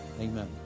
amen